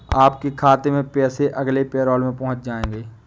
आपके खाते में पैसे अगले पैरोल में पहुँच जाएंगे